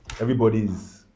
Everybody's